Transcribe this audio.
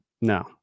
no